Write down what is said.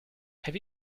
have